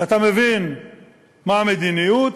אתה מבין מה המדיניות,